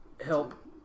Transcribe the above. help